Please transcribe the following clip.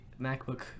MacBook